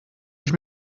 ich